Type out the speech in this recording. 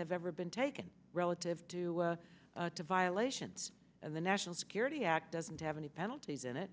have ever been taken relative to violations and the national security act doesn't have any penalties in it